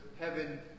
heaven